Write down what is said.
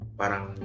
parang